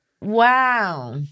Wow